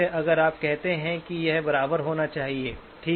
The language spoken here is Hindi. अगर आप कहते हैं कि यह बराबर होना चाहिए ठीक है